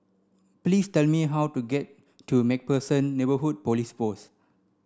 please tell me how to get to MacPherson Neighbourhood Police Post